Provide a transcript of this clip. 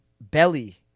Belly